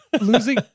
losing